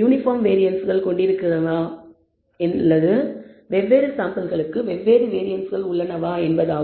uniform வேரியன்ஸ்கள் கொண்டிருக்கின்றனவா அல்லது வெவ்வேறு சாம்பிள்களுக்கு வெவ்வேறு வேரியன்ஸ்கள் உள்ளனவா என்பதாகும்